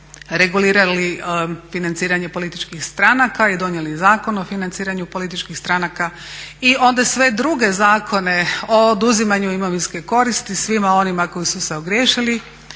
regulirali financiranje političkih stranaka i donijeli Zakon o financiranju političkih stranaka i onda sve druge zakone o oduzimanju imovinske koristi svima onima koji su se ogriješili